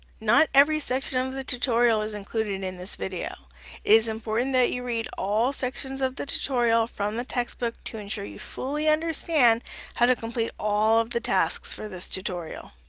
not every section of the tutorial is included in this video. it is important that you read all sections of the tutorial from the textbook to ensure you fully understand how to complete all of the tasks for this tutorial.